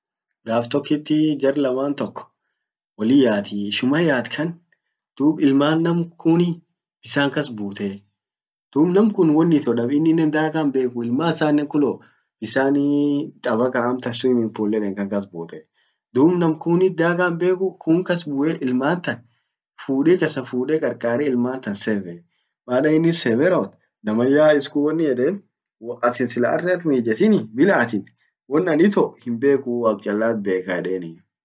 gaf tokit jar laman tok wollin yaati, ishuma yaat kaan dub ilman namkunni bissan kas bute. Dub namkun won ito dab!, inninen dhaka himbekuuu ilman isannen kullo bisan taba kaamtan swimming pool eden kan kas but. Dub nam kunnit dhaka himbeku, kun kas bue ilman tan fude kasafude qarqare ilman tan save. baada innin save rawwot, namanyaa iskun wonnin yeden waatin sila arr arm hiijetini bila atin won an ito himbekuu waq cchalat beka edeni.